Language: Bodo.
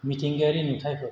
मिथिंगायारि नुथायफोर